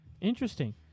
interesting